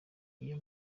iyo